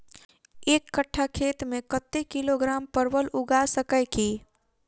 एक कट्ठा खेत मे कत्ते किलोग्राम परवल उगा सकय की??